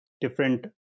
different